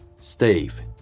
Steve